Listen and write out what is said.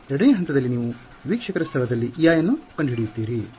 2 ನೇ ಹಂತದಲ್ಲಿ ನೀವು ವೀಕ್ಷಕರ ಸ್ಥಳದಲ್ಲಿ Ei ಅನ್ನು ಕಂಡುಹಿಡಿಯುತ್ತೀರಿ